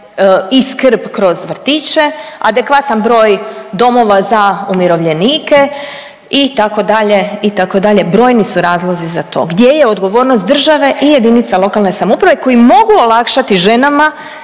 i skrb kroz vrtiće, adekvatan broj domova za umirovljenike, itd., itd., brojni su razlozi za to. Gdje je odgovornost države i jedinice lokalne samouprave koji mogu olakšati ženama